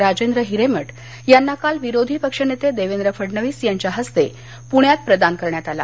राजेंद्र हिरेमठ यांना काल विरोधी पक्षनेते देवेंद्र फडणवीस यांच्या हस्ते पुण्यात प्रदान करण्यात आला